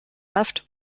left